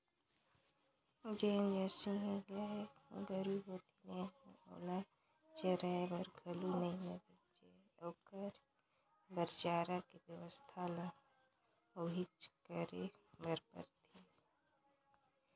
जेन जरसी नसल के गाय गोरु होथे डेयरी में ओला चराये बर घलो नइ लेगे जाय ओखर बर चारा के बेवस्था ल उहेंच करे बर परथे